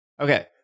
Okay